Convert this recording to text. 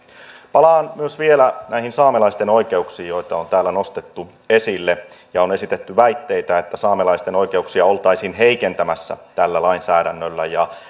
palaan myös vielä näihin saamelaisten oikeuksiin joita on täällä nostettu esille on esitetty väitteitä että saamelaisten oikeuksia oltaisiin heikentämässä tällä lainsäädännöllä